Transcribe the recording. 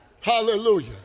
hallelujah